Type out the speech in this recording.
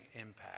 impact